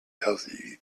healthy